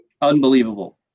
Unbelievable